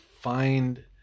find